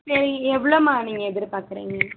சரி எவ்வளோமா நீங்கள் எதிர்பார்க்குறிங்க